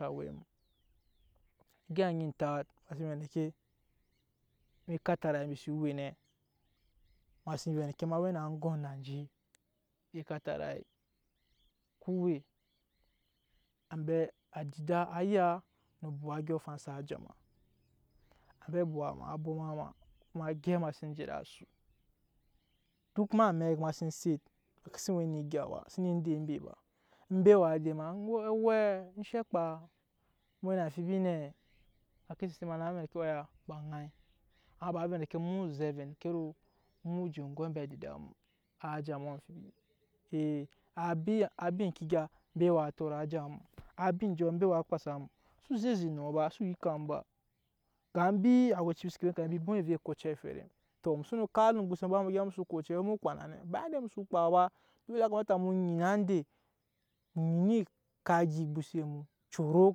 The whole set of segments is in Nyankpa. egya nyi tat em sen vɛ endeke eme ekatarai embi se we nɛ ema seu vɛ endeke, eme ekatarai embi se we ne ema sen ve ku we ambe adida ayaa no obuwa afan sa ta ma ambe buwa ma abwoma ma kuma a gyɛp ema sen te ede asu, duk eme amek ema sen set ematseu we ne egya ba ema se ne ende embeba embe waa de ema owɛ-owɛɛ enshɛ kpaa emu we na amfibi nɛ ema ke set eset ma na vɛ endeke oya ba nai ama ba endeke emu woo vɛ endeke woro emu je enge ambe adida nuwa a tamu amfibi ai a ba eŋke gya ambe waa tot a ja mu a ba enkyɔ ambe waa kpaa sa mu su se-eze endɔ su yika mu ba ga embi awɛci se ne bwoma e ko ocɛ eferem, tɔ emu so kap olum ogbose mu, emu gyɛp emuso ko ocɛ emu kpaa na nɛ? Ba ende emu soo kpaa ba, ya kamata emu nyina ende emu kap egya ogbose mu corok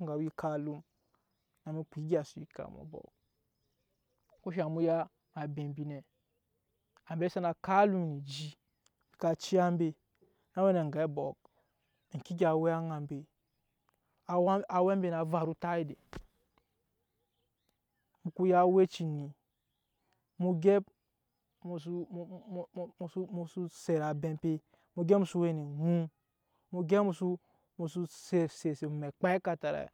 engawee ekap alum egya sai yika emuɔ kɔ ku shaŋ emu ya ambe embi nɛ ambe sana kap a lum ne eji ka uya ambe na we na ange abɔk a nɛ embe na varu tat edet emu ya awɛci nyi emu su emu set a bem pe emu gyɛp emuso we ne enu mu gyɛp emusu set mekpaa ekatarai.